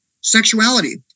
sexuality